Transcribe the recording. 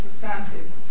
substantive